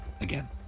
again